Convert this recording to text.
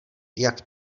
jak